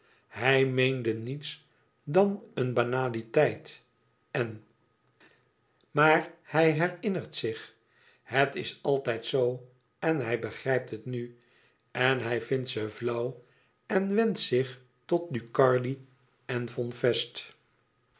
hij meende niets dan een banaliteit en maar hij herinnert zich het is altijd zoo en hij begrijpt het nu en hij vindt ze flauw en wendt zich tot ducardi en von fest